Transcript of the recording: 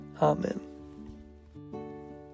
Amen